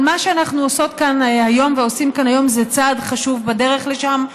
אבל מה שאנחנו עושות כאן היום ועושים כאן היום זה צעד חשוב בדרך לשם,